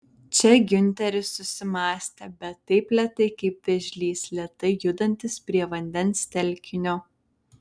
čia giunteris susimąstė bet taip lėtai kaip vėžlys lėtai judantis prie vandens telkinio